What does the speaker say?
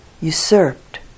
usurped